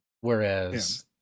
whereas